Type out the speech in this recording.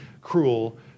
cruel